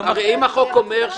קשר, אפילו אם החוקר חושב